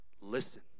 listen